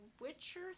Witcher